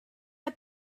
out